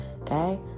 Okay